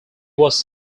was